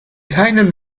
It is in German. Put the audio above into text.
keinen